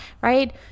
right